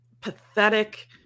pathetic